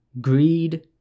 greed